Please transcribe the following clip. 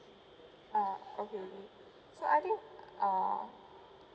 ah okay okay so I think uh